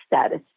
status